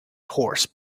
horse